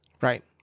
Right